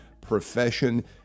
profession